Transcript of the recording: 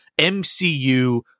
MCU